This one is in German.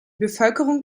bevölkerung